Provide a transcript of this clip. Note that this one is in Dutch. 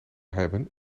hebben